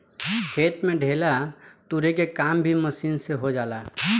खेत में ढेला तुरे के काम भी मशीन से हो जाला